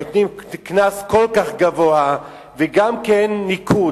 נותנים קנס כל כך גבוה וגם ניקוד.